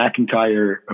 McIntyre